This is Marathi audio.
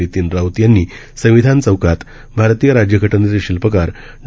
नितीन राऊत यांनी संविधान चौकात भारतीय राज्यघटनेचे शिल्पकार डॉ